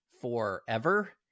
forever